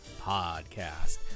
Podcast